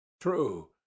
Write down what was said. True